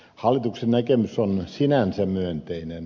hallituksen näkemys on sinänsä myönteinen